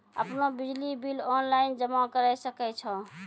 आपनौ बिजली bill online जमा करै सकै छौ?